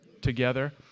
together